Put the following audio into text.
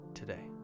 today